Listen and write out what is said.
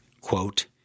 quote